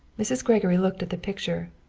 mrs. gregory looked at the picture.